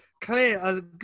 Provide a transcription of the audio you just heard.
clear